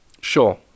Sure